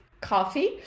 coffee